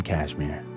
Cashmere